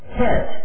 hit